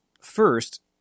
first